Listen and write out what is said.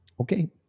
Okay